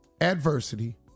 Adversity